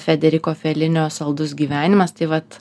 frederiko felinio saldus gyvenimas tai vat